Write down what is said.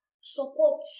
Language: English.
support